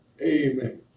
Amen